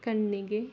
ಕಣ್ಣಿಗೆ